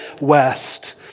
west